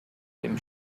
dem